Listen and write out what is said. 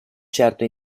certo